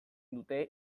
dute